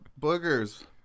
boogers